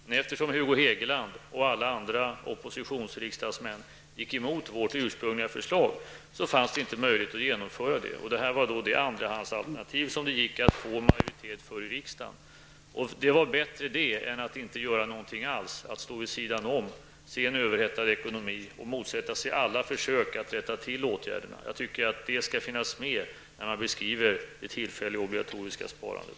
Men eftersom Hugo Hegeland och alla andra oppositionriksdagsmän gick emot vårt ursprungliga förslag, var det inte möjligt att genomföra det. Det här var det andrahandsalternativ som det gick att få en majoritet för i riksdagen. Det var bättre att göra det än att inte göra någonting alls, att stå vid sidan om i en överhettad ekonomi och motsätta sig alla försök till att rätta till ekonomin. Jag tycker att detta skall finnas med när man beskriver det tillfälliga obligatoriska sparandet.